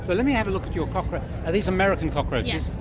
but let me have a look at your cockroaches. are these american cockroaches?